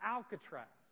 Alcatraz